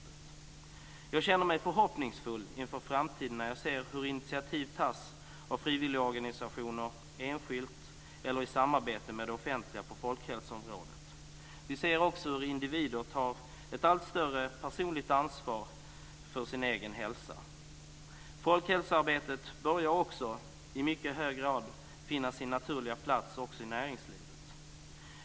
Jag känner mig förhoppningsfull inför framtiden när jag ser hur initiativ tas av frivilligorganisationer enskilt eller i samarbete med det offentliga på folkhälsoområdet. Vi ser också hur individer tar ett allt större personligt ansvar för sin egen hälsa. Folkhälsoarbetet börjar också i mycket hög grad finna sin naturliga plats i näringslivet.